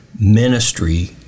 ministry